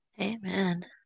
amen